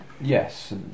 Yes